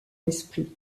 esprit